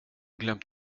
glömt